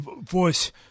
voice